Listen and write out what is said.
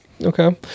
Okay